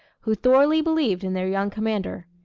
who thoroughly believed in their young commander.